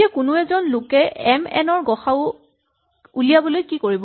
এতিয়া কোনো এজন লোকে এম এন ৰ গ সা উ উলিয়াবলৈ কি কৰিব